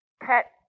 pet